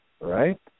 Right